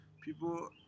people